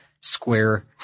square